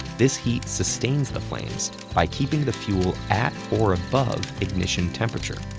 this heat sustains the flames by keeping the fuel at or above ignition temperature.